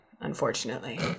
unfortunately